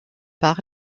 par